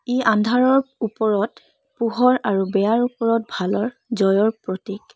ই আন্ধাৰৰ ওপৰত পোহৰ আৰু বেয়াৰ ওপৰত ভালৰ জয়ৰ প্ৰতীক